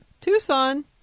Tucson